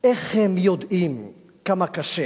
איך הם יודעים כמה קשה